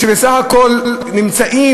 שבסך הכול נמצאות,